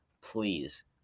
please